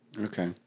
Okay